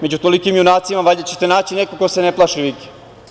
Među tolikim junacima valjda ćete naći nekog ko se ne plaši vike.